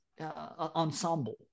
ensemble